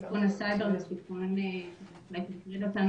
סיכון הסייבר כמובן מטריד אותנו,